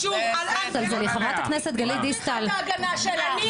--- גלית דיסטל, אל תפריעי לה.